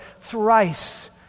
thrice